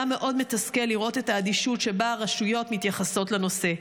היה מאוד מתסכל לראות את האדישות שבה הרשויות מתייחסות לנושא.